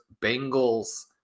Bengals